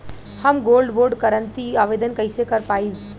हम gold bond करतिं आवेदन कइसे कर पाइब?